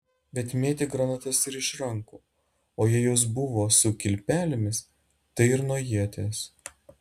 bet mėtė granatas ir iš rankų o jei jos buvo su kilpelėmis tai ir nuo ieties